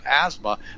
asthma